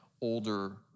older